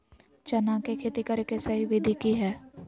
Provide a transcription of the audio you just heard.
चना के खेती करे के सही विधि की हय?